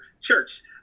church